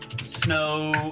Snow